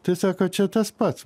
tai sako čia tas pats